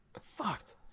Fucked